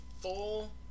full